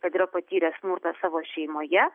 kad yra patyręs smurtą savo šeimoje